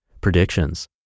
predictions